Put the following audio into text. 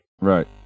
Right